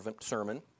sermon